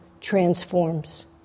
transforms